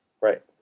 right